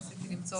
בוקר טוב, תודה